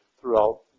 throughout